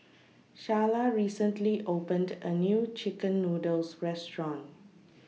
Sharla recently opened A New Chicken Noodles Restaurant